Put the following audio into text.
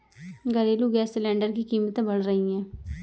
घरेलू gas cylinder की कीमतें बढ़ रही है